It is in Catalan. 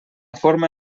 forma